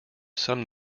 some